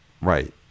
right